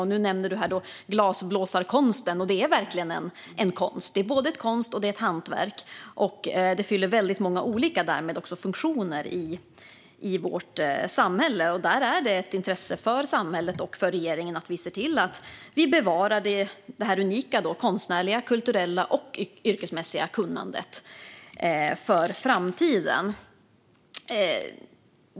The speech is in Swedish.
Gudrun Brunegård nämner här glasblåsarkonsten, och det är verkligen en konst. Det är både en konst och ett hantverk och fyller därmed många olika funktioner i vårt samhälle. Det är ett intresse för samhället och för regeringen att bevara det unika, konstnärliga, kulturella och yrkesmässiga kunnandet för framtiden.